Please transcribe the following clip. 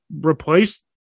replace